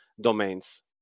Domains